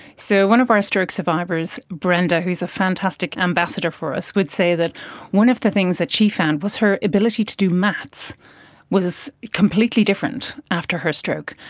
so, one of our stroke survivors, brenda, who is a fantastic ambassador for us, would say that one of the things that she found was her ability to do maths was completely different after her stroke.